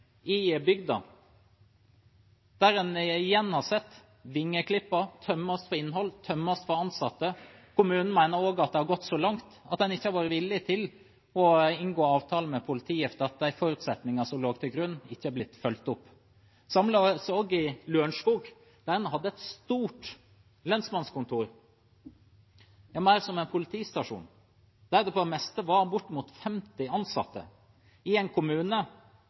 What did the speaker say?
i bygda. Man har igjen sett vingeklipping, det tømmes for innhold, tømmes for ansatte. Kommunen mener at det har gått så langt at man ikke har vært villig til å inngå avtale med politiet, fordi de forutsetningene som lå til grunn, ikke er blitt fulgt opp. Det samme har skjedd i Lørenskog, der man hadde et stort lensmannskontor, mer som en politistasjon, der det på det meste var bortimot 50 ansatte, i en kommune